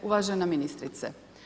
Uvažena ministrice.